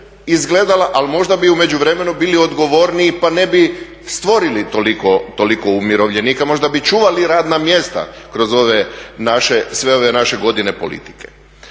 ali možda bi u međuvremenu bili odgovorniji pa ne bi stvorili toliko umirovljenika, možda bi čuvali radna mjesta kroz ove naše, sve ove naše godine politike.